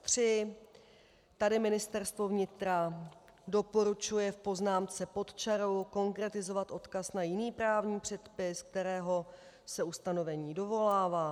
3. Tady Ministerstvo vnitra doporučuje v poznámce pod čarou konkretizovat odkaz na jiný právní předpis, kterého se ustanovení dovolává.